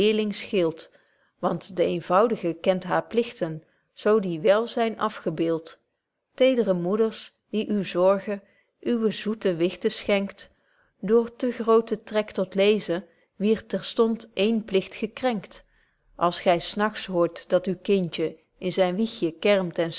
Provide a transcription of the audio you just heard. want de eenvoud'ge kent haar pligten zo die wél zyn afgebeeld tedre moeders die uw zorgen uwe zoete wichten schenkt door te grooten trek tot leezen wierd terstond één pligt gekrenkt als gy s nagts hoort dat uw kindje in zyn wiegje kermt en